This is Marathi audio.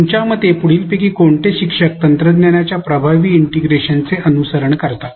तुमच्या मते पुढीलपैकी कोणते शिक्षक तंत्रज्ञानाच्या प्रभावी इंटिग्रेशनचे अनुसरण करतात